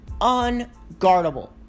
unguardable